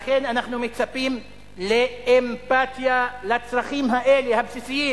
לכן אנחנו מצפים לאמפתיה לצרכים האלה, הבסיסיים.